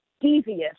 devious